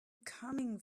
coming